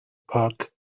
park